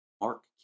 Mark